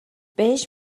بهش